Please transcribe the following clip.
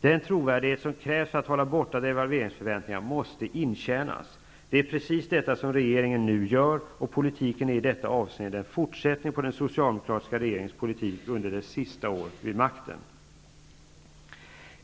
Den trovärdighet som krävs för att hålla borta devalveringsförväntningar måste intjänas. Det är precis vad regeringen nu gör, och regeringens politik är i detta avseende en fortsättning på den socialdemokratiska regeringens politik under dess sista år vid makten.